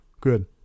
Good